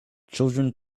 children